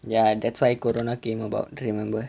ya that's why corona came about remember